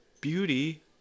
beauty